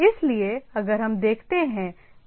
इसलिए अगर हम देखते हैं